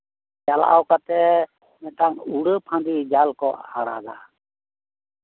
ᱪᱟᱞᱟᱣ ᱠᱟᱛᱮᱜ ᱢᱤᱫᱴᱟᱝ ᱩᱲᱟᱹᱯᱷᱟᱹᱫᱤ ᱡᱟᱞ ᱠᱚ ᱟᱲᱟᱜᱟ